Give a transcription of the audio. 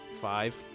Five